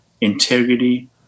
integrity